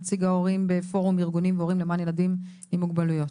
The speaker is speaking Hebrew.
נציג ההורים בפורום ארגונים והורים למען ילדים עם מוגבלויות.